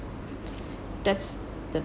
that's the